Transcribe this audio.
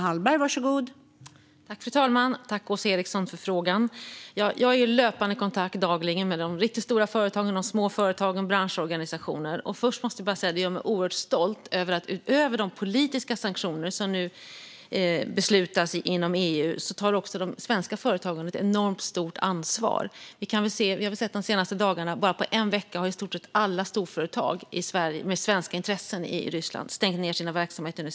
Fru talman! Tack för frågan, Åsa Eriksson! Jag har dagligen löpande kontakt med de riktigt stora företagen, med små företag och med branschorganisationer. Det gör mig oerhört stolt att de svenska företagen tar ett enormt stort ansvar, utöver de politiska sanktioner som det beslutats om inom EU. På bara en vecka har i stort sett alla storföretag med svenska intressen i Ryssland stängt ned sina verksamheter.